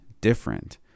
different